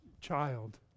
child